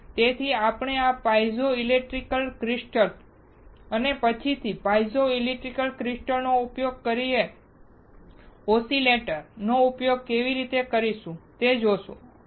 તેથી આપણે આ પાઇઝો ઇલેક્ટ્રિક ક્રિસ્ટલ અને પછીથી piezoઇલેક્ટ્રિક ક્રિસ્ટલનો ઉપયોગ કરીને ઓસિલેટર નો ઉપયોગ કેવી રીતે કરીશું તે જોશું